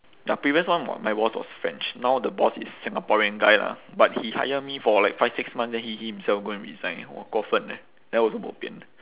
ya previous one my boss was french now the boss is singaporean guy lah but he hire me for like five six months then he he himself go and resign !wah! 过分 eh then I also bo pian